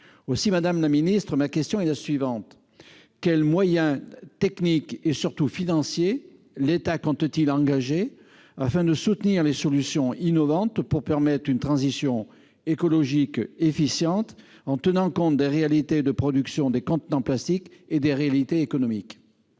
aussi, Madame la ministre, ma question est la suivante : quels moyens techniques et surtout financiers, l'État compte-t-il engager afin de soutenir les solutions innovantes pour permettre une transition écologique efficiente en tenant compte des réalités de production des contenants plastiques et des réalités économiques.